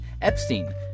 Epstein